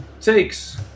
takes